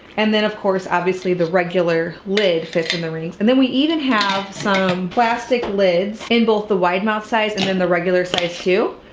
and then of course obviously the regular lid fits in the rings. and then we even have some plastic lids in both the wide mouth size and then the regular size too.